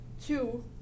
Two